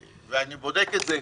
ואני בודק את זה,